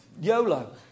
YOLO